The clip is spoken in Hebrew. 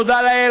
תודה לאל,